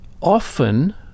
often